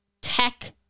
tech